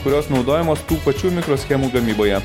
kurios naudojamos tų pačių mikroschemų gamyboje